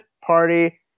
Party